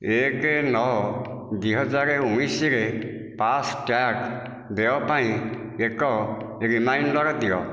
ଏକ ନଅ ଦୁଇ ହଜାର ଉଣେଇଶରେ ଫାସ୍ଟ୍ୟାଗ୍ ଦେୟ ପାଇଁ ଏକ ରିମାଇଣ୍ଡର୍ ଦିଅ